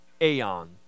aeon